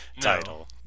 title